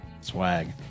Swag